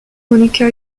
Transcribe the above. monika